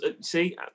see